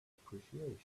appreciation